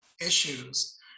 issues